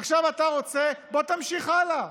עכשיו, אתה רוצה, בוא תמשיך הלאה: